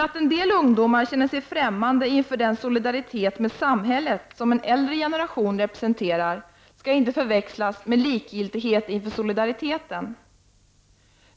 Att en del ungdomar känner sig ffrämmande inför den solidaritet med samhället som en äldre generation representerar skall inte förväxlas med likgiltighet inför solidariteten.